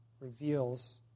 reveals